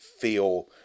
feel